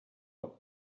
god